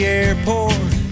airport